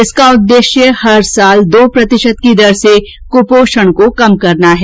इसका उददेश्य प्रति वर्ष दो प्रतिशत की दर से कुपोषण को कम करना है